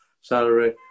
salary